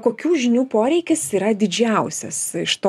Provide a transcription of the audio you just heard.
kokių žinių poreikis yra didžiausias iš to